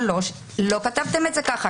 לא כתבתם את זה כך.